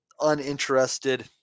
uninterested